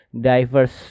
diverse